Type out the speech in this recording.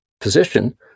position